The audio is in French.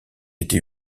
été